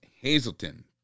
Hazleton